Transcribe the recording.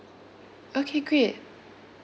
okay great